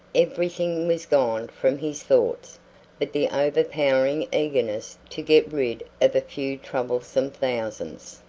everything was gone from his thoughts but the overpowering eagerness to get rid of a few troublesome thousands.